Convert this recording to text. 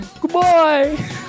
Goodbye